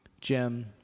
jim